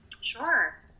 Sure